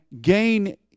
gain